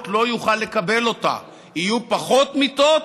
לא יוכל לקבל אותה: יהיו פחות מיטות,